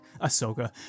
Ahsoka